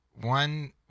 One